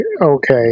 okay